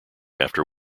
after